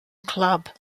club